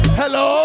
hello